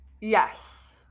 Yes